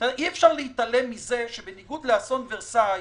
אי אפשר להתעלם מזה שבניגוד לאסון ורסאי